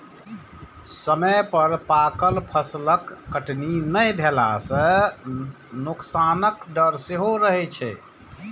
समय पर पाकल फसलक कटनी नहि भेला सं नोकसानक डर सेहो रहै छै